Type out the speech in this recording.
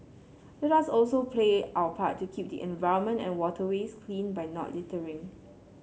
let us also play our part to keep the environment and waterways clean by not littering